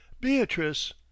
Beatrice